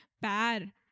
bad